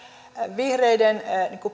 vihreiden